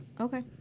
Okay